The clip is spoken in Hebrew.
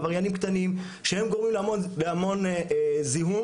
עבריינים קטנים שהם גורמים להמון זיהום